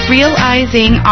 Realizing